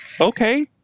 okay